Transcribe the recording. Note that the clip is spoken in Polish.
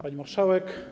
Pani Marszałek!